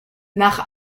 nach